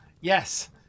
Yes